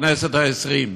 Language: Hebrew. הכנסת העשרים.